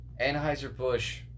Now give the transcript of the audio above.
Anheuser-Busch